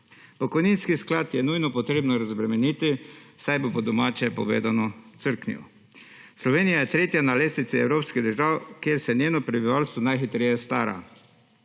Pokojninski sklad je nujno potrebno razbremeniti, saj bo po domače povedano, crknil. Slovenija je tretja na lestvici evropskih držav kjer se njeno prebivalstvo najhitreje stara.